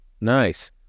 Nice